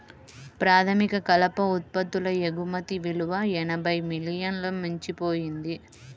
ప్రాథమిక కలప ఉత్పత్తుల ఎగుమతి విలువ ఎనభై మిలియన్లను మించిపోయింది